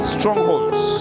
Strongholds